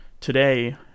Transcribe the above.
today